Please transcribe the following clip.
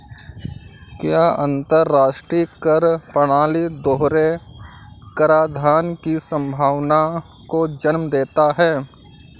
क्या अंतर्राष्ट्रीय कर प्रणाली दोहरे कराधान की संभावना को जन्म देता है?